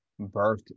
birthed